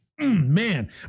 Man